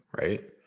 right